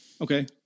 Okay